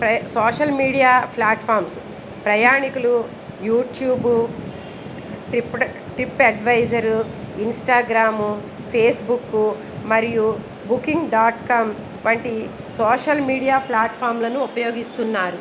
ప్ర social media platforms ప్రయాణీకులు YouTube tripped TripAdvisor Instagram Facebook మరియు బుకింగ్ డాట్ కాం వంటి సోషల్ మీడియా ఫ్లాట్ఫామ్లను ఉపయోగిస్తున్నారు